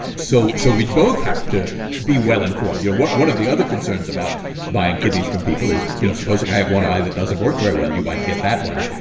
so so we'd both have to be well-informed. you know, one of the other concerns about buying kidneys from people is, you know, supposing i have one eye that doesn't work very well, you might get that one,